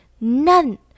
None